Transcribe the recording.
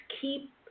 keep